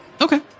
Okay